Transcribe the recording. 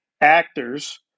actors